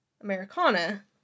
Americana